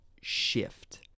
shift